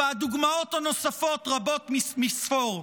והדוגמאות הנוספות רבות מספור.